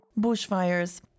Bushfires